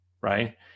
right